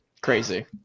crazy